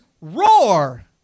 roar